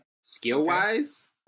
Skill-wise